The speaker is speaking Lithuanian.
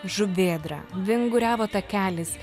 žuvėdra vinguriavo takelis